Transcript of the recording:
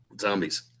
zombies